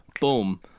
boom